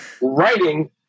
writing